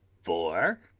for,